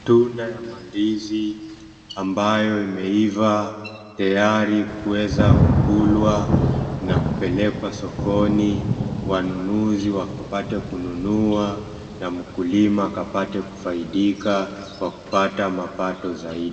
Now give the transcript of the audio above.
Tunda ya mandizi, ambayo imeiva tayari kuweza kukuliwa na kupelekwa sokoni, wanunuzi wakapate kununua na mkulima akapate kufaidika kwa kupata mapato zaidi.